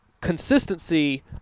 consistency